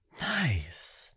Nice